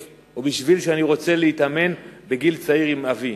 או בשביל שאני רוצה להתאמן בגיל צעיר עם אבי.